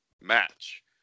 Match